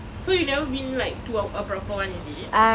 so you never been to like a proper [one] is it